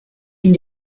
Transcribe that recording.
ihm